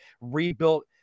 rebuilt